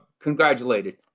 congratulated